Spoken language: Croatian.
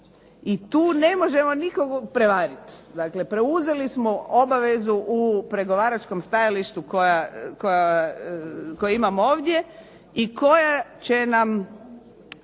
i tu ne možemo nikoga prevariti. Dakle, preuzeli smo obavezu u pregovaračkom stajalištu koji imamo ovdje i koja će nam